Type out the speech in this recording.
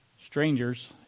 strangers